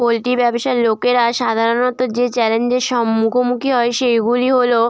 poultry ব্যবসার লোকেরা সাধারণত যে চ্যালেঞ্জের সম মুখোমুখি হয় সেইগুলি হলো